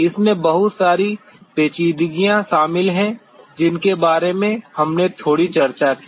इसमें बहुत सारी पेचीदगियाँ शामिल हैं जिनके बारे में हमने थोड़ी चर्चा की